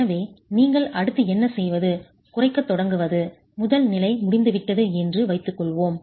எனவே நீங்கள் அடுத்து என்ன செய்வது குறைக்கத் தொடங்குவது முதல் நிலை முடிந்துவிட்டது என்று வைத்துக்கொள்வோம்